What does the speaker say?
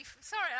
sorry